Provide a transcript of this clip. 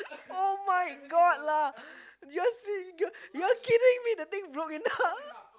[oh]-my-God lah Justin you are kidding me the thing broke into half